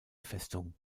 festung